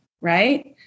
right